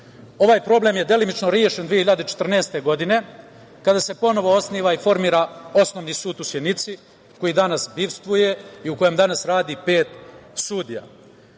20%.Ovaj problem je delimično rešen 2014. godine kada se ponovo osniva i formira Osnovni sud u Sjenici koji danas bivstvuje i u kojem danas radi pet sudija. Svi